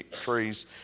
trees